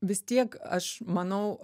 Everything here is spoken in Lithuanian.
vis tiek aš manau